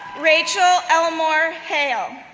rachel elmore hale,